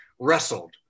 wrestled